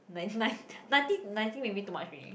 ninety nine ninety ninety maybe too much already